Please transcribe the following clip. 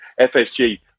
FSG